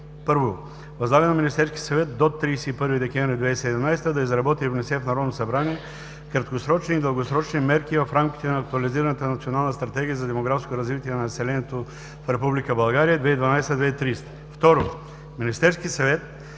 1. Възлага на Министерския съвет до 31 декември 2017 г. да изработи и внесе в Народното събрание краткосрочни и дългосрочни мерки в рамките на Актуализираната национална стратегия за демографско развитие на населението в Република България 2012 – 2030 г. 2. Министерският съвет